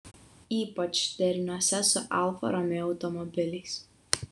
ypač deriniuose su alfa romeo automobiliais